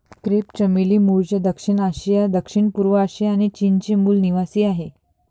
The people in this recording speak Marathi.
क्रेप चमेली मूळचे दक्षिण आशिया, दक्षिणपूर्व आशिया आणि चीनचे मूल निवासीआहे